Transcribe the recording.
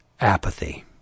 apathy